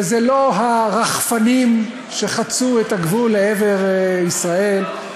וזה לא הרחפנים שחצו את הגבול לעבר ישראל,